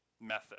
method